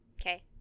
Okay